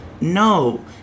no